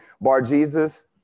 Bar-Jesus